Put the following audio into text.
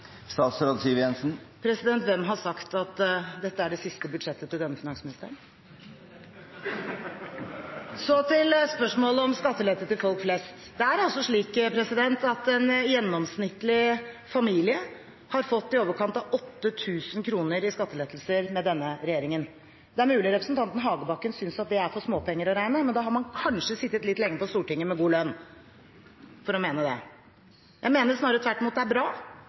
Hvem har sagt at dette er det siste budsjettet til denne finansministeren? Så til spørsmålet om skattelette til folk flest: Det er altså slik at en gjennomsnittlig familie har fått i overkant av 8 000 kr i skattelettelser med denne regjeringen. Det er mulig at representanten Hagebakken synes det er for småpenger å regne, men for å mene det har man kanskje sittet litt lenge på Stortinget med god lønn. Jeg mener snarere tvert imot at det er bra